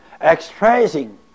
expressing